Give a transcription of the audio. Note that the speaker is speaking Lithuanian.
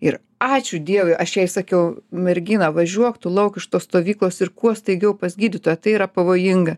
ir ačiū dievui aš jai sakiau mergina važiuok tu lauk iš tos stovyklos ir kuo staigiau pas gydytoją tai yra pavojinga